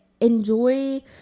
enjoy